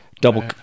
double